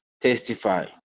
testify